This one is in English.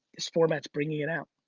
this format's bringing it out.